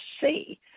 see